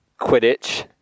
Quidditch